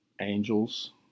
angels